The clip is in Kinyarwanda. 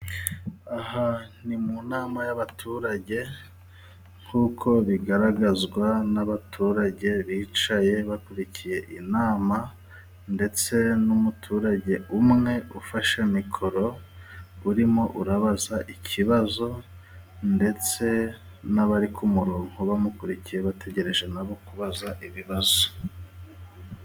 Aha ni mu nama y'abaturage nk'uko bigaragazwa n'abaturage bicaye bakurikiye inama, ndetse n'umuturage umwe ufashe mikoro urimo ubaza ikibazo, ndetse n'abari ku murongo bamukurikiye bategereje na bo kubaza ibibazo.